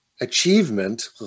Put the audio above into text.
achievement